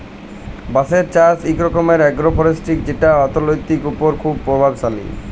বাঁশের চাষ ইক রকম আগ্রো ফরেস্টিরি যেট অথ্থলিতির উপর খুব পরভাবশালী